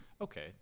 Okay